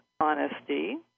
honesty